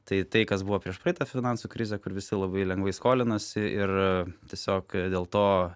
tai tai kas buvo prieš praeitą finansų krizę kur visi labai lengvai skolinosi ir tiesiog dėl to